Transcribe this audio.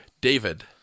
David